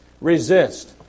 resist